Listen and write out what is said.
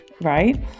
right